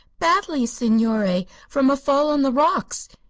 badly, signore from a fall on the rocks.